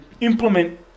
implement